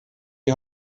die